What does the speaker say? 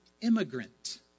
immigrant